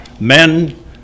Men